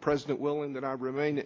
president will in that i remain